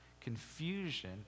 confusion